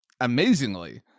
amazingly